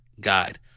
guide